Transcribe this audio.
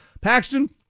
Paxton